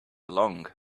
along